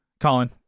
colin